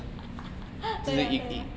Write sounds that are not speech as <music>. <laughs> 对啊对啊